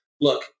look